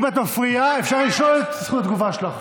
אם את מפריעה, אפשר לשלול את זכות התגובה שלך.